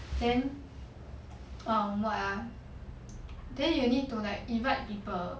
then um what ah then you need to like invite people